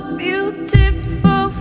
beautiful